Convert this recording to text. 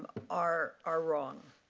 are are wrong.